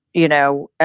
you know?